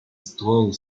strong